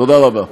תודה רבה.